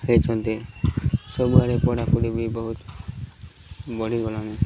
ହେଇଛନ୍ତି ସବୁଆଡ଼େ ପଢ଼ା ପଢ଼ି ବି ବହୁତ ବଢ଼ିଗଲାଣି